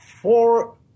four